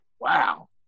wow